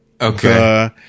Okay